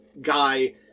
guy